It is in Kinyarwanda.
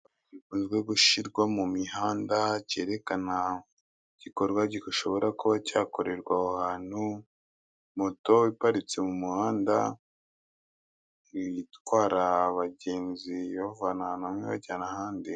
Gikunze gushyirwa mu mihanda, cyerekana gikorwa gishobora kuba cyakorerwa aho ahantu, moto iparitse mu muhanda, itwara abagenzi ibavana hamwe ibajyana ahandi.